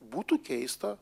būtų keista